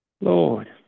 Lord